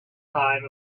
time